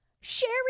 Sherry